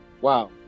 wow